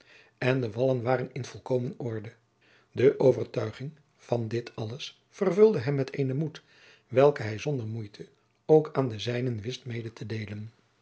en de wallen waren in volkomen orde de overtuiging van dit alles vervulde hem met eenen moed welken hij zonder moeite ook aan de zijnen wist mede te deelen